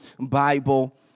Bible